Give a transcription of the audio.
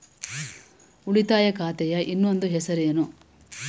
ಉಳಿತಾಯ ಖಾತೆಯ ಇನ್ನೊಂದು ಹೆಸರೇನು?